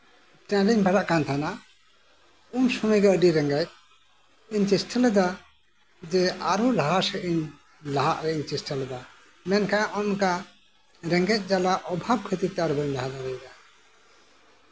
class ten ᱨᱤᱧ ᱯᱟᱲᱦᱟᱜ ᱠᱟᱱ ᱛᱟᱸᱦᱮᱱᱟ ᱩᱱ ᱥᱚᱢᱚᱭ ᱜᱮ ᱟᱹᱰᱤ ᱨᱮᱸᱜᱮᱪ ᱤᱧ ᱪᱮᱥᱴᱟ ᱞᱮᱫᱟ ᱟᱨᱚ ᱞᱟᱦᱟ ᱥᱮᱫ ᱤᱧ ᱞᱟᱦᱟᱜ ᱨᱮᱭᱟᱜ ᱤᱧ ᱪᱮᱥᱴᱟ ᱞᱮᱫᱟ ᱢᱮᱱᱠᱷᱟᱱ ᱱᱚᱝᱠᱟ ᱨᱮᱸᱜᱮᱪ ᱡᱟᱞᱟ ᱚᱵᱷᱟᱵ ᱠᱷᱟᱹᱛᱤᱨ ᱛᱮ ᱟᱨ ᱵᱟᱹᱧ ᱞᱟᱦᱟ ᱫᱟᱲᱮᱭᱟᱫᱟ